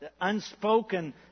unspoken